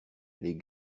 les